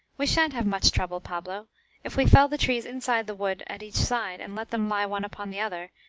we shan't have much trouble, pablo if we fell the trees inside the wood at each side, and let them lie one upon the other,